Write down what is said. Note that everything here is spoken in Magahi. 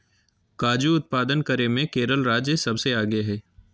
काजू उत्पादन करे मे केरल राज्य सबसे आगे हय